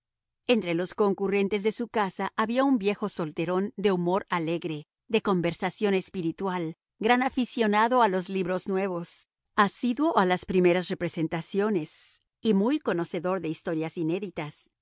entre los concurrentes de su casa había un viejo solterón de humor alegre de conversación espiritual gran aficionado a los libros nuevos asiduo a las primeras representaciones y muy conocedor de historias inéditas